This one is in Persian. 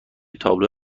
تابلو